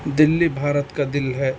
دلی بھارت کا دل ہے